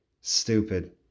Stupid